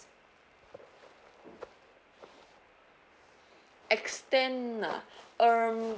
extend ah um